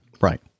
Right